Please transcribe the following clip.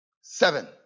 Seven